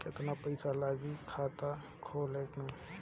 केतना पइसा लागी खाता खोले में?